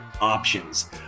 options